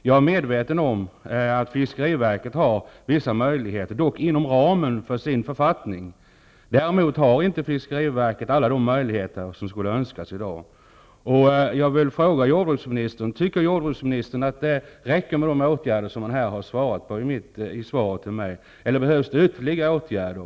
Jag är medveten om att fiskeriverket inom ramen för författningen, har vissa möjligheter, -- dock inte alla de möjligheter som vore önskvärt. Jag vill därför fråga: Anser jordbruksministern att det är tillräckligt med de åtgärder som han redogör för i sitt svar till mig, eller behövs det ytterligare åtgärder?